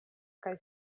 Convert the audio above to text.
kaj